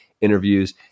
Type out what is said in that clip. interviews